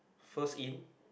first in